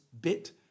bit